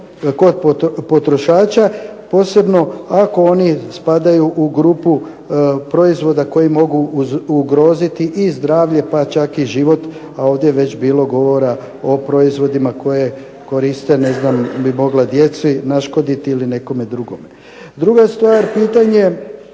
kod potrošača posebno ako oni spadaju u grupu proizvoda koji mogu ugroziti i zdravlje, pa čak i život a ovdje je već bilo govora o proizvodima koje koriste ne znam bi mogla djeci naškoditi ili nekome drugome. Druga stvar, pitanje